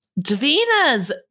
Davina's